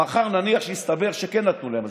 מחר נניח שיסתבר שכן נתנו להם,